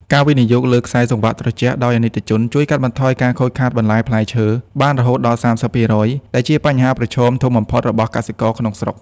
ការវិនិយោគលើ "ខ្សែសង្វាក់ត្រជាក់" ដោយអាណិកជន ជួយកាត់បន្ថយការខូចខាតបន្លែផ្លែឈើបានរហូតដល់ ៣០% ដែលជាបញ្ហាប្រឈមធំបំផុតរបស់កសិករក្នុងស្រុក។